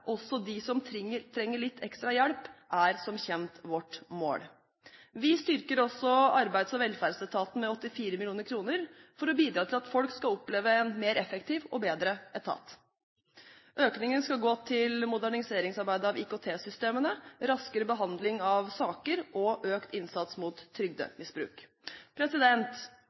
også til dem som trenger litt ekstra hjelp, er som kjent vårt mål. Vi styrker også Arbeids- og velferdsetaten med 84 mill. kr for å bidra til at folk skal oppleve en mer effektiv og bedre etat. Økningen skal gå til moderniseringsarbeid av IKT-systemene, raskere behandling av saker og økt innsats mot